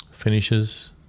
finishes